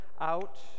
out